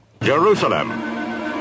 Jerusalem